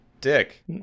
dick